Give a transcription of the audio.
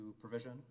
provision